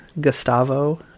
gustavo